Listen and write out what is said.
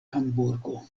hamburgo